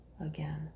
again